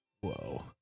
Whoa